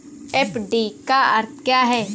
FD का अर्थ क्या है?